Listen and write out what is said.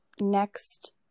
next